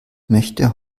möchte